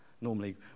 Normally